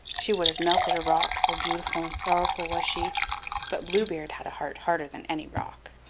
she would have melted a rock, so beautiful and sorrowful was she but blue beard had a heart harder than any rock!